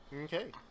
Okay